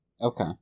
okay